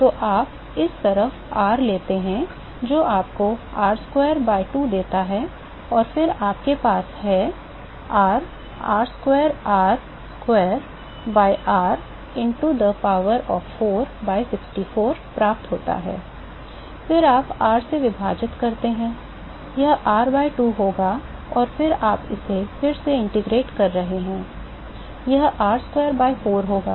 तो आप इस तरफ r लेते हैं जो आपको r square by 2 देता है और फिर आपके पास है r r square r square by r to the power of 4 by 64 प्राप्त होता है फिर आप r से विभाजित करते हैं यह r by 2 होगा और फिर आप इसे फिर से एकीकृत करते हैं यह r square by 4 होगा